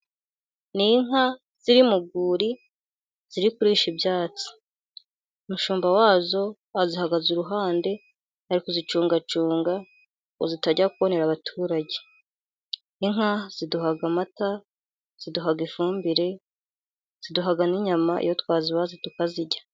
Ni inka ziri mu rwuri, ziri kurisha ibyatsi. Umushumba wa zo azihagaze iruhande, ari kuzicungacunga ngo zitajya konera abaturage. Inka ziduha amata, ziduha ifumbire, ziduha n'inyama iyo twazibaze tukazirya.